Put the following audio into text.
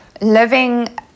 living